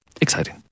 exciting